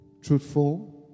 truthful